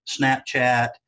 Snapchat